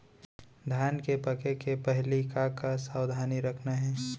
धान के पके के पहिली का का सावधानी रखना हे?